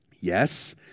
Yes